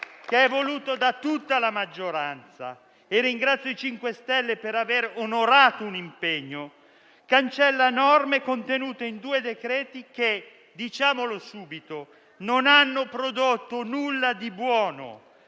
voluto da tutta la maggioranza (e ringrazio il MoVimento 5 Stelle per aver onorato un impegno), cancella norme contenute in due decreti-legge che - diciamolo subito - non hanno prodotto nulla di buono,